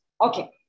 Okay